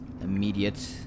immediate